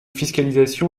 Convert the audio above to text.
fiscalisation